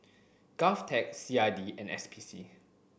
GOVTECH C I D and S P C